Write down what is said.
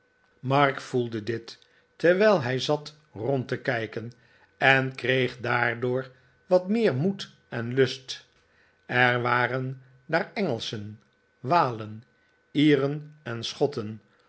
mark voelde dit terwijl hij zat rond te kijken en kreeg daardoor wat meer moed en lust er waren daar engelschen walen leren en schotten